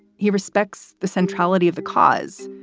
he respects the centrality of the cause.